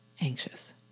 anxious